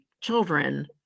children